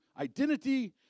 identity